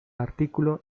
artículo